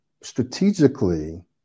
strategically